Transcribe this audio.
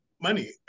money